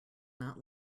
not